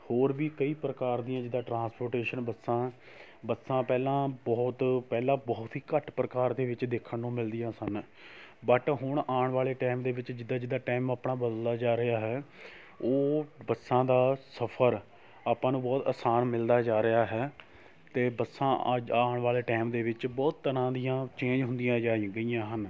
ਹੋਰ ਵੀ ਕਈ ਪ੍ਰਕਾਰ ਦੀਆਂ ਜਿੱਦਾਂ ਟਰਾਂਸਪੋਟੇਸ਼ਨ ਬੱਸਾਂ ਬੱਸਾਂ ਪਹਿਲਾਂ ਬਹੁਤ ਪਹਿਲਾਂ ਬਹੁਤ ਹੀ ਘੱਟ ਪ੍ਰਕਾਰ ਦੇ ਵਿੱਚ ਦੇਖਣ ਨੂੰ ਮਿਲਦੀਆਂ ਸਨ ਬਟ ਹੁਣ ਆਉਣ ਵਾਲੇ ਟਾਇਮ ਦੇ ਵਿੱਚ ਜਿੱਦਾਂ ਜਿੱਦਾਂ ਟਾਇਮ ਆਪਣਾ ਬਦਲਦਾ ਜਾ ਰਿਹਾ ਹੈੈ ਉਹ ਬੱਸਾਂ ਦਾ ਸਫ਼ਰ ਆਪਾਂ ਨੂੰ ਬਹੁਤ ਆਸਾਨ ਮਿਲਦਾ ਜਾ ਰਿਹਾ ਹੈ ਅਤੇ ਬੱਸਾਂ ਅੱਜ ਆਉਣ ਵਾਲੇ ਟਾਇਮ ਦੇ ਵਿੱਚ ਬਹੁਤ ਤਰ੍ਹਾਂ ਦੀਆਂ ਚੇਂਜ ਹੁੰਦੀਆਂ ਜਾ ਗਈਆਂ ਹਨ